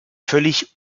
völlig